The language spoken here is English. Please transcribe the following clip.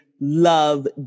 love